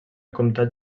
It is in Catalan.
comtat